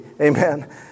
Amen